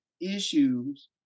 issues